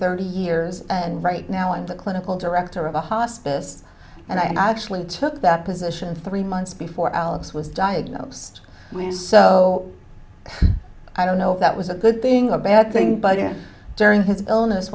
thirty years and right now and the clinical director of a hospice and i actually took that position three months before alex was diagnosed was so i don't know if that was a good thing or bad thing but yeah during his illness